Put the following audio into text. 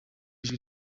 ijwi